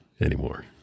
anymore